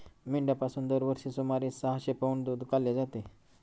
मेंढ्यांपासून दरवर्षी सुमारे सहाशे पौंड दूध काढले जाते